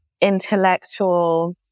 intellectual